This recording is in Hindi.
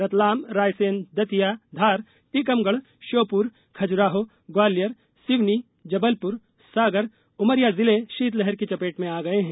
रतलाम रायसेन दतिया धार टीकमगढ़ श्योपुर खजुराहो ग्वालियर सिवनी जबलपुर सागर उमरिया जिले शीतलहर की चपेट में आ गए हैं